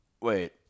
wait